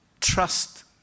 trust